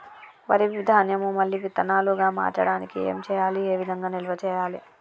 వరి ధాన్యము మళ్ళీ విత్తనాలు గా మార్చడానికి ఏం చేయాలి ఏ విధంగా నిల్వ చేయాలి?